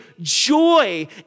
joy